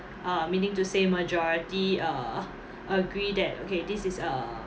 uh meaning to say majority uh agree that okay this is uh